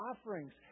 offerings